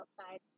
Outside